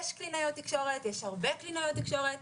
יש הרבה קלינאיות תקשורת,